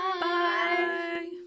Bye